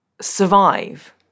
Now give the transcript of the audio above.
survive